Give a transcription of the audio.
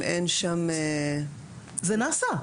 זה נעשה.